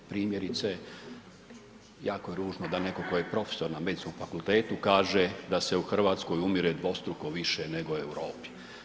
Primjerice, jako je ružno da netko tko je profesor na medicinskom fakultetu kaže da se u Hrvatskoj umire dvostruko više nego u Europi.